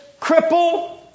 cripple